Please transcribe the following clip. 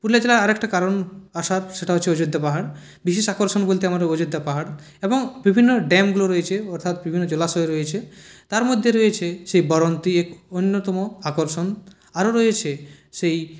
পুরুলিয়া জেলার আর একটা কারণ আসার সেটা হচ্ছে অযোধ্যা পাহাড় বিশেষ আকর্ষণ বলতে আমাদের অযোধ্যা পাহাড় এবং বিভিন্ন ড্যামগুলো রয়েছে অর্থাৎ বিভিন্ন জলাশয় রয়েছে তার মধ্যে রয়েছে সেই বরন্তী এক অন্যতম আকর্ষণ আরও রয়েছে সেই